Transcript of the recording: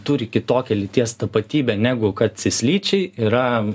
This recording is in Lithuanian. turi kitokią lyties tapatybę negu kad cislyčiai yra